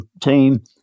team